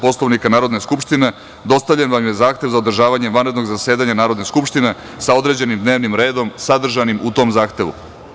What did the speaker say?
Poslovnika Narodne skupštine dostavljen vam je zahtev za održavanje vanrednog zasedanja Narodne skupštine sa određenim dnevnim redom sadržanim u tom zahtevu.